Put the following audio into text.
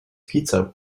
pizza